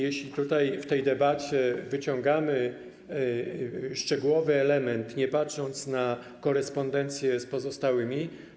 Jeśli w tej debacie wyciągamy szczegółowy element, nie patrząc na jego korespondencję z pozostałymi.